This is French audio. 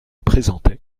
présentait